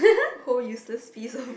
whole uses piece of